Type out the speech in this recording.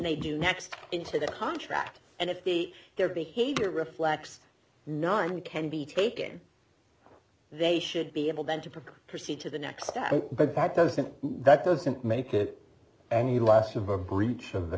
they do next into the contract and if the their behavior reflects none can be taken they should be able then to provoke proceed to the next step but that doesn't that doesn't make it any less of a breach of the